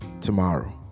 tomorrow